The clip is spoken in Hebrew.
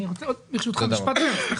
אני רוצה, ברשותך, משפט אחד.